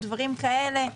דברים כאלה.